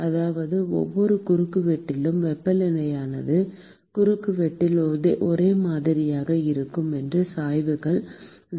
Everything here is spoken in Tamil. அதாவது ஒவ்வொரு குறுக்குவெட்டிலும் வெப்பநிலையானது குறுக்குவெட்டில் ஒரே மாதிரியாக இருக்கும் என்றும் சாய்வுகள் 0